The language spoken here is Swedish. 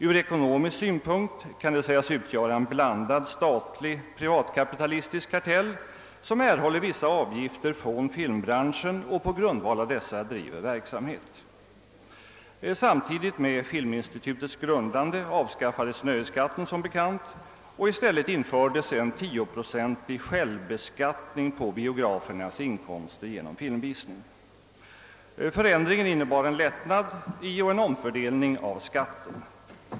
Från ekonomisk synpunkt kan det sägas utgöra en blandad statlig-privatkapitalistisk kartell, som erhåller vissa avgifter från filmbranschen och på grundval av dessa driver verksamhet. Samtidigt med filminstitutets grundande avskaffades som bekant nöjesskatten, och i stället infördes en tioprocentig självbeskattning på biografernas inkomster genom filmvisningen. Förändringen innebar en lättnad i och en omfördelning av skatten.